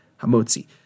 hamotzi